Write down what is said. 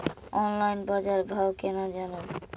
Online बाजार भाव केना जानब?